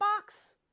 box